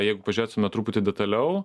jeigu pažiūrėtume truputį detaliau